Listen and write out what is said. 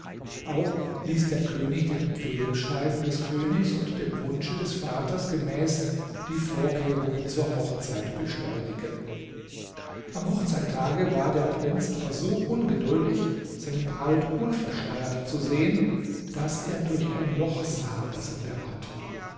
auch ließ der könig dem empfehlungsschreiben des königs und dem wunsche des vaters gemäß die vorkehrungen zur hochzeit beschleunigen am hochzeittage war der prinz aber so ungeduldig seine braut unverschleiert zu sehen daß er durch ein loch sah das in der wand war